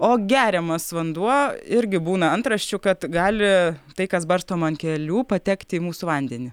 o geriamas vanduo irgi būna antraščių kad gali tai kas barstoma ant kelių patekti į mūsų vandenį